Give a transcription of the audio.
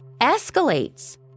escalates